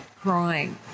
crying